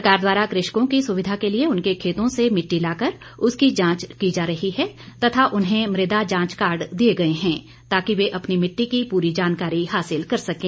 सरकार द्वारा कृषकों की सुविधा के लिए उनके खेतों से मिटटी लाकर उसकी जांच की जा रही है तथा उन्हें मृदा जांच कार्ड दिए गए हैं ताकि वे अपनी मिट्टी की पूरी जानकारी हासिल कर सकें